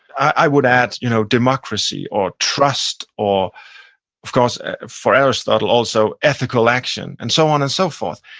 i would add you know democracy or trust, or of course for aristotle also, ethical action, and so on and so forth,